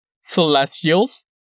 celestials